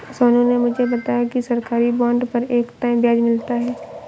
सोनू ने मुझे बताया कि सरकारी बॉन्ड पर एक तय ब्याज मिलता है